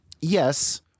yes